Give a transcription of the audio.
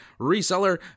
reseller